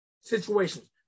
situations